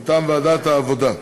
מטעם ועדת העבודה,